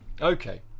Okay